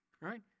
right